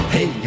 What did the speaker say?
Hey